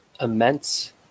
immense